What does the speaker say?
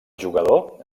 jugador